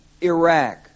Iraq